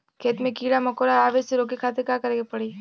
खेत मे कीड़ा मकोरा के आवे से रोके खातिर का करे के पड़ी?